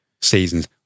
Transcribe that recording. seasons